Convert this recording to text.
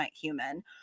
human